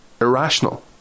irrational